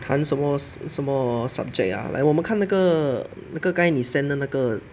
谈什么什么 subject ah 来我们看那个那个刚才你 send 那个